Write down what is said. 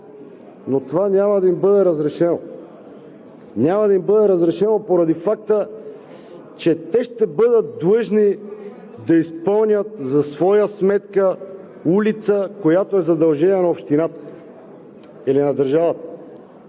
но това няма да им бъде разрешено. Няма да им бъде разрешено поради факта, че те ще бъдат длъжни да изпълнят за своя сметка улица, което е задължение на общината или на държавата.